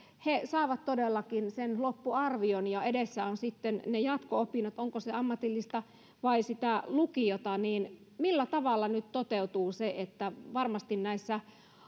he saavat todellakin sen loppuarvion ja edessä ovat sitten jatko opinnot onko se ammatillista vai lukiota millä tavalla nyt toteutuu se että varmasti näissä